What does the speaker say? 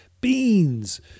beans